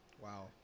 Wow